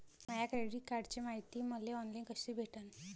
माया credit कार्डची मायती मले ऑनलाईन कसी भेटन?